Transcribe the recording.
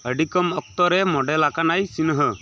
ᱟᱹᱰᱤ ᱠᱚᱢ ᱚᱠᱛᱚ ᱨᱮ ᱢᱚᱰᱮᱞ ᱟᱠᱟᱱᱟᱭ ᱥᱤᱱᱦᱟ